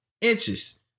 inches